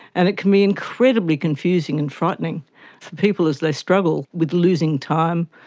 and it can be incredibly confusing and frightening for people as they struggle with losing time,